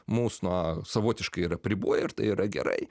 mus na savotiškai ir apriboja ir tai yra gerai